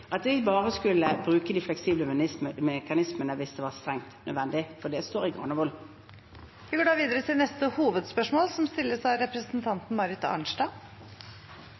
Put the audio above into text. bruke de fleksible mekanismene hvis det var strengt nødvendig. Det står i Granavolden-plattformen. Vi går videre til neste